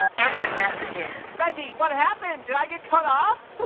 end of messages reggie, what happened? did i get cut off?